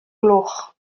gloch